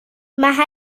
محل